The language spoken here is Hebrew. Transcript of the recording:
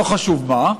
לא חשוב מה,